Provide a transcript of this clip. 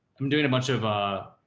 i'm doing a bunch of,